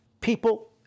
people